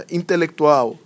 intelectual